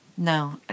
No